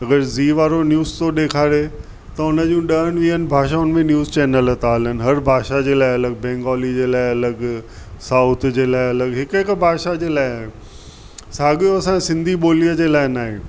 अगरि ज़ी वारो न्यूज़ तो ॾेखारे त उनजो ॾह वीहनि भाषाउनि में न्यूज़ चैनल त हलनि हर भाषा जे लाइ अलॻि बेंगोली जे लाइ अलॻि साउथ जे लाइ अलॻि हिकु हिकु भाषा जे लाइ साॻियो असांजी सिंधी ॿोलीअ जे लाइ न आहे